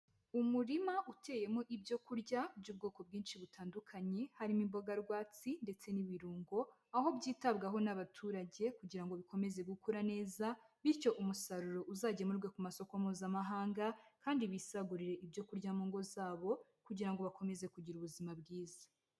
Umurima uteyemo ibyo kurya by'ubwoko bwinshi butandukanye, harimo imboga rwatsi ndetse n'ibirungo, aho byitabwaho n'abaturage kugira ngo bikomeze gukura neza bityo umusaruro uzagemurwe ku masoko Mpuzamahanga kandi bisagurire ibyo kurya mu ngo zabo kugira ngo bakomeze kugira ubuzima bwiza.